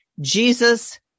Jesus